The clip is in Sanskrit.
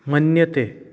मन्यते